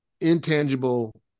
intangible